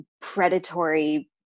predatory